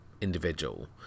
individual